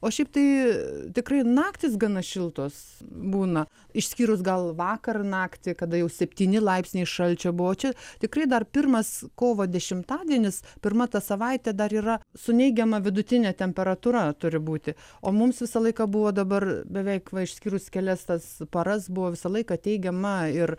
o šiaip tai tikrai naktys gana šiltos būna išskyrus gal vakar naktį kada jau septyni laipsniai šalčio buvo čia tikrai dar pirmas kovo dešimtadienis pirma ta savaitė dar yra su neigiama vidutine temperatūra turi būti o mums visą laiką buvo dabar beveik va išskyrus kelias paras buvo visą laiką teigiama ir